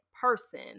person